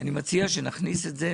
אני מציע שנכניס את זה,